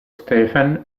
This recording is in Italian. stephen